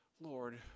Lord